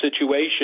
situation